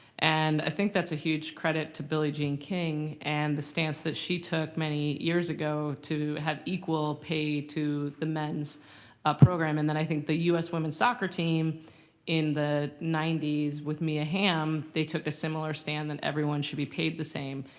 and i think that's a huge credit to billie jean king and the stance that she took many years ago to have equal pay to the men's program. and then i think the us women's soccer team in the ninety s with mia hamm, they took a similar stand that everyone should be paid the same.